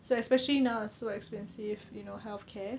so especially now it's so expensive you know healthcare